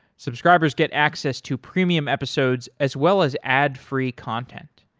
subscribers get access to premium episodes as well as ad free content.